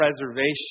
preservation